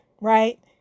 Right